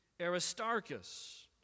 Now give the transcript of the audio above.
Aristarchus